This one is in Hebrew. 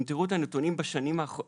אם תראו את הנתונים בשנים האחרונות